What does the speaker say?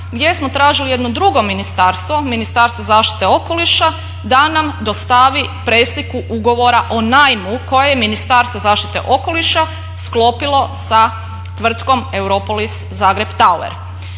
gdje smo tražili jedno drugo ministarstvo, Ministarstvo zaštite okoliša da nam dostavi presliku ugovora o najmu koje je Ministarstvo zaštite okoliša sklopilo sa tvrtkom Europolis Zagreb tower.